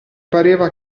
pareva